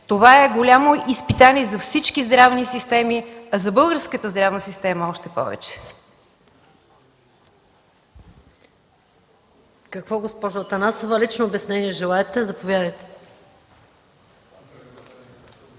Това е голямо изпитание за всички здравни системи, а за българската здравна система – още повече.